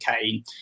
Kane